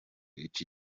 iki